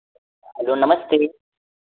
hello नमस्ते